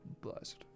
blessed